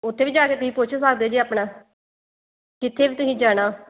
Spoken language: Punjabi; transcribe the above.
ਉੱਥੇ ਵੀ ਜਾ ਕੇ ਤੁਸੀਂ ਪੁੱਛ ਸਕਦੇ ਜੇ ਆਪਣਾ ਕਿੱਥੇ ਵੀ ਤੁਸੀਂ ਜਾਣਾ